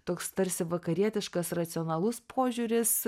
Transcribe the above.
toks tarsi vakarietiškas racionalus požiūris